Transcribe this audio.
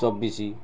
ଚବିଶି